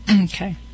Okay